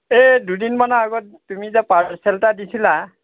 এই দুদিনমানৰ আগত তুমি যে পাৰ্চেল এটা দিছিলা